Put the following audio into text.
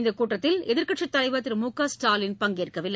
இந்த கூட்டத்தில் எதிர்கட்சித் தலைவர் திரு மு க ஸ்டாலின் பங்கேற்கவில்லை